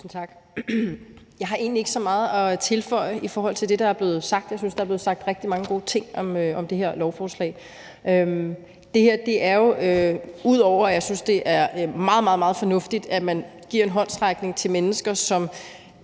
Jeg har egentlig ikke så meget at tilføje i forhold til det, der er blevet sagt. Jeg synes, der er blevet sagt rigtig mange gode ting om det her lovforslag. Jeg synes, at det er meget, meget fornuftigt, at der gives en håndsrækning til mennesker, for